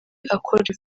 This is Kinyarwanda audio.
akora